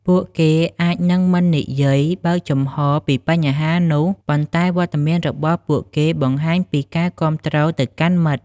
ពួកគេអាចនឹងមិននិយាយបើកចំហពីបញ្ហានោះ ប៉ុន្តែវត្តមានរបស់ពួកគេបង្ហាញពីការគាំទ្រទៅកាន់មិត្ត។